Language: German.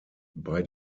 bei